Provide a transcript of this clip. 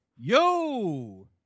Yo